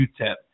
UTEP